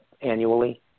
annually